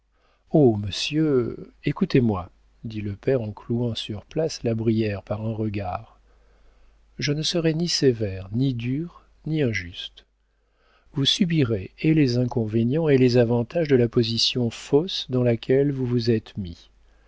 monsieur écoutez-moi dit le père en clouant sur place la brière par un regard je ne serai ni sévère ni dur ni injuste vous subirez et les inconvénients et les avantages de la position fausse dans laquelle vous vous êtes mis